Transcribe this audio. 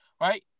right